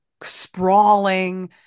sprawling